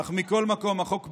אך מכל מקום, החוק ברור.